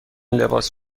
لباس